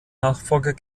nachfolger